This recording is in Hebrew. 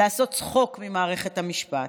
לעשות צחוק ממערכת המשפט.